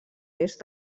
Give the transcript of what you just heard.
est